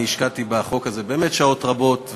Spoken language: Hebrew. אני השקעתי בחוק הזה באמת שעות רבות,